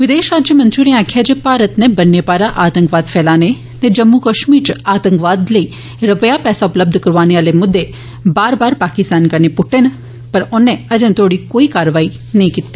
विदेश राज्यमंत्री होरें आक्खेया ऐ जे भारत नै बन्ने पारा आतंकवाद फैलाने ते जम्मू कश्मीर च आतंकवाद लेई रपेया पैहा उपलब्ध कराने आले मुद्दे बार बार पाकिस्तान कन्नै प्ट्टे न पर उन्नै अजे तोड़ी एदे पर कोई कारवाई नेई कीती